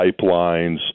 pipelines